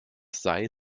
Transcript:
sei